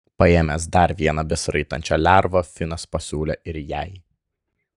paėmęs dar vieną besiraitančią lervą finas pasiūlė ir jai